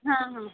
हां हां